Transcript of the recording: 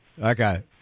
Okay